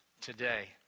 today